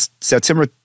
September